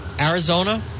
Arizona